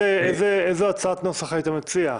איזו הצעת נוסח אתה מציע,